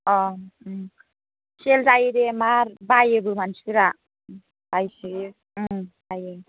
अ' उम सेल जायोदे मार बायोबो मानसिफ्रा बायसोयो उम बायो